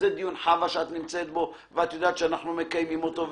וזה דיון אחר שאנחנו מקיימים פה.